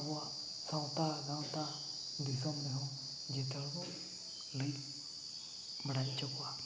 ᱟᱵᱚᱣᱟᱜ ᱥᱟᱶᱛᱟ ᱜᱟᱶᱛᱟ ᱫᱤᱥᱚᱢ ᱨᱮᱦᱚᱸ ᱡᱚᱛᱚ ᱦᱚᱲᱵᱚ ᱞᱟᱹᱭ ᱵᱟᱲᱟᱭ ᱦᱚᱪᱚ ᱠᱚᱣᱟ